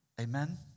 amen